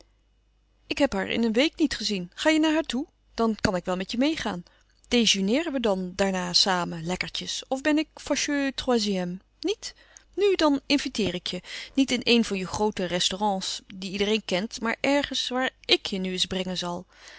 ik heb haar in een week niet gezien ga je naar haar toe dan kan ik wel met je meê gaan dejeuneeren we dan daarna samen lekkertjes of ben ik fâcheux troisième niet nu dan inviteer ik je niet in een van je groote restaurants die iedereen kent maar ergens waar ik je nu eens brengen zal